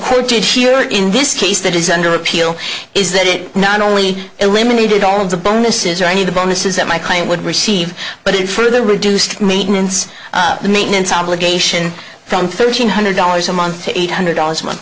quoted here in this case that is under appeal is that it not only eliminated all of the bonuses or any of the bonuses that my client would receive but in for the reduced maintenance the maintenance obligation from thirteen hundred dollars a month to eight hundred dollars a month